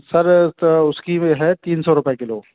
sir तो उसकी है तीन सौ रुपए किलो